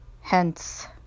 hence